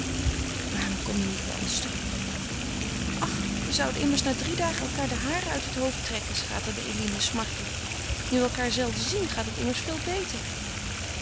waarom kom je niet bij ons terug ach we zouden immers na drie dagen elkaâr de haren uit het hoofd trekken schaterde eline smartelijk nu we elkaâr zelden zien gaat het immers veel beter